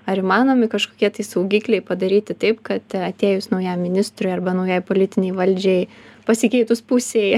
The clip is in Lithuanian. ar įmanomi kažkokie tai saugikliai padaryti taip kad atėjus naujam ministrui arba naujai politinei valdžiai pasikeitus pusei